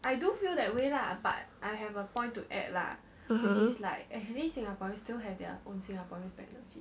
(uh huh)